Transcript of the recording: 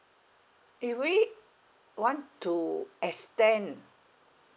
if we want to extend